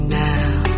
now